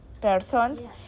person